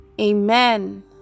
Amen